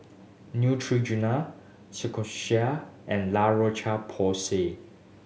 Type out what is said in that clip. Neutrogena and La Roche Porsay